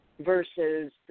versus